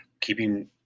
keeping